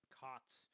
cots